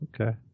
Okay